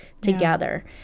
together